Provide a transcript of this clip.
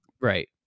Right